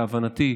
להבנתי,